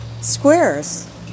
squares